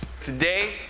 Today